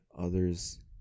others